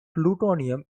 plutonium